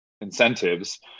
incentives